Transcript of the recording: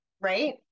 right